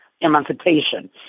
emancipation